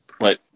Right